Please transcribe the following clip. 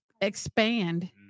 expand